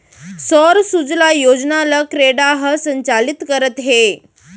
सौर सूजला योजना ल क्रेडा ह संचालित करत हे